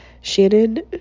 Shannon